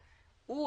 הוא,